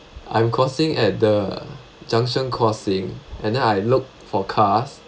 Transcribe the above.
I'm crossing at the junction crossing and then I looked for cars